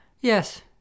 Yes